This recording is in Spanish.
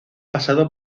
pasado